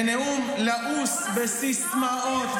בנאום לעוס בסיסמאות,